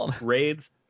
raids